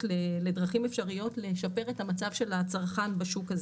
לדרכים אפשריות לשפר את המצב של הצרכן בשוק הזה.